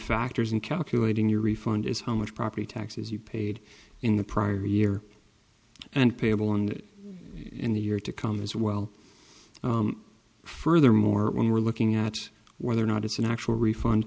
factors in calculating your refund is how much property taxes you paid in the prior year and payable and in the year to come as well furthermore when we're looking at whether or not it's an actual